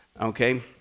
okay